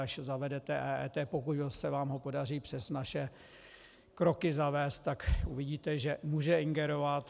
Až zavedete EET, pokud se vám ho podaří přes naše kroky zavést, tak uvidíte, že může ingerovat.